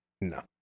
no